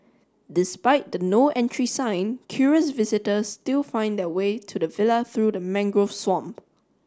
despite the No Entry sign curious visitors still find the way to the villa through the mangrove swamp